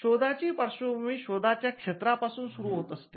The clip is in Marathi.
शोधाची पार्श्वभूमी शोधाच्या क्षेत्रापासून सुरू होत असते